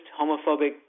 homophobic